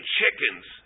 chickens